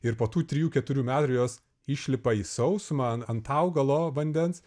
ir po tų trijų keturių metų ir jos išlipa į sausumą an ant augalo vandens